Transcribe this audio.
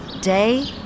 day